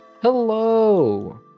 Hello